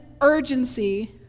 urgency